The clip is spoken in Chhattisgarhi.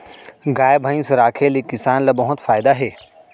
गाय भईंस राखे ले किसान ल बहुत फायदा हे